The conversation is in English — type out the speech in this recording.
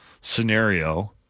scenario